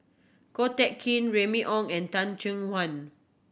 Ko Teck Kin Remy Ong and Teh Cheang Wan